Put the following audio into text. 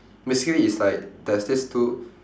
basically is like there's this two